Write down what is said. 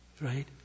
right